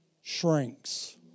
shrinks